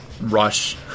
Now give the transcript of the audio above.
rush